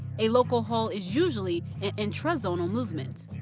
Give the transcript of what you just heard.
a local haul is usually an intrazonal movement